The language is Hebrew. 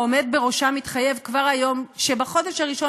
העומד בראשה מתחייב כבר היום שבחודש הראשון